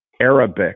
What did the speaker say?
Arabic